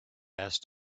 asked